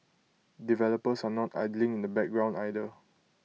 developers are not idling in the background either